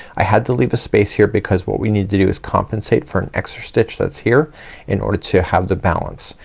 i had to leave a space here because what we need to do is compensate for an extra stitch that's here in order to have the balance.